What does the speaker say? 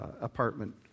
apartment